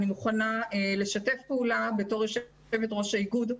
אני מוכנה לשתף פעולה בתור יושבת ראש האיגוד,